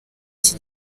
iki